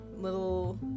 little